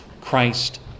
Christ